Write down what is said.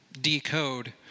decode